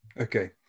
Okay